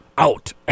out